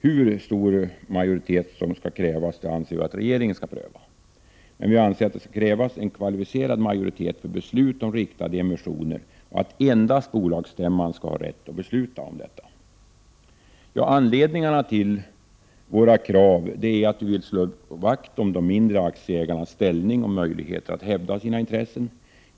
Hur stor majoritet som skall krävas anser vi att regeringen skall pröva, men vi anser att det skall krävas en kvalificerad majoritet för beslut om riktade emissioner och att endast bolagsstämman skall ha rätt att besluta om sådana. Anledningen till våra krav är att vi vill slå vakt om de mindre aktieägarnas ställning och möjlighet att hävda sina intressen.